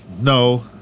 No